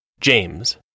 James